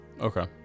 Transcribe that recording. Okay